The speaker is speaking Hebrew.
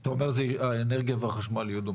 --- אתה אומר, האנרגיה והחשמל יהיו דומים מאוד.